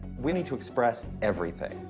we need to express everything,